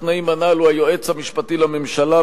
התנאים הנ"ל הוא היועץ המשפטי לממשלה,